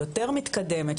יותר מתקדמת,